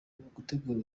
ugutegura